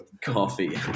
coffee